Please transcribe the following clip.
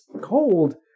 cold